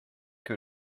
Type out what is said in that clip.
que